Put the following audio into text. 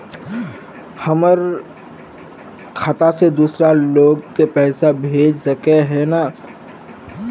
हमर खाता से दूसरा लोग के पैसा भेज सके है ने?